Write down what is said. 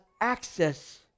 access